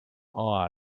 are